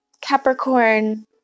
Capricorn